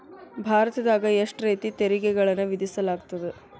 ಭಾರತದಾಗ ಎಷ್ಟ ರೇತಿ ತೆರಿಗೆಗಳನ್ನ ವಿಧಿಸಲಾಗ್ತದ?